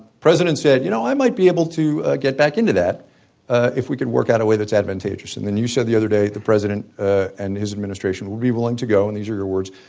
president said, you know, i might be able to get back into that if we could work out a way that's advantageous. and and you said the other day the president ah and his administration will be willing to go, and these are your words,